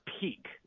peak